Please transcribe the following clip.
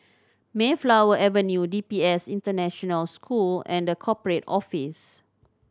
Mayflower Avenue D P S International School and The Corporate Office